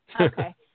Okay